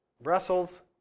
Brussels